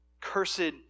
Cursed